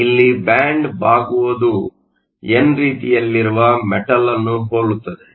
ಇಲ್ಲಿ ಬ್ಯಾಂಡ್ ಬಾಗುವುದು ಎನ್ ರೀತಿಯಲ್ಲಿರುವ ಮೆಟಲ್ ಅನ್ನು ಹೋಲುತ್ತದೆ